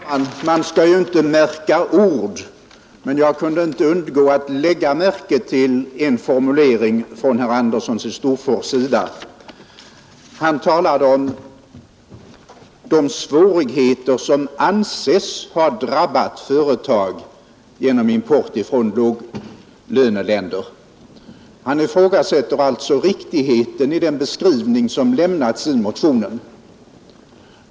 Herr talman! Man skall ju inte märka ord, men jag kunde inte undgå att lägga märke till en formulering i herr Anderssons i Storfors anförande. Han talade om de svårigheter som ”anses” ha drabbat företag på grund av importen från låglöneländer. Han ifrågasätter alltså riktigheten av den beskrivning som lämnats i motionen.